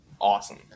awesome